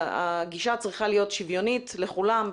הגישה צריכה להיות שוויונית לכולם,